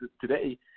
today